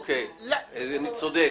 אוקיי, צודק.